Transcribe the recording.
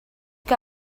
que